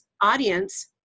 audience